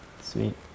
sweet